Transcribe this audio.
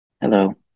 Hello